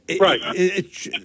Right